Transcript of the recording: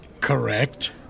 correct